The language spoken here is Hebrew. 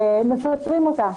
מפטרים אותה.